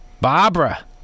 Barbara